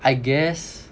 so I guess